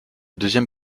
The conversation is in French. deuxième